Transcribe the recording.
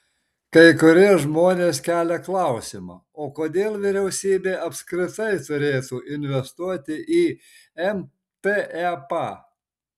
kai kurie žmonės kelia klausimą o kodėl vyriausybė apskritai turėtų investuoti į mtep